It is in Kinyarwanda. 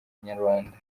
inyarwanda